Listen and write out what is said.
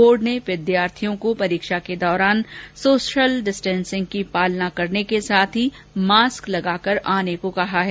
board ने विद्यार्थियों को परीक्षा के दौरान सोशल डिस्टेंसिंग की पालना करने के साथ ही मास्क लगाकर आने को कहा गया है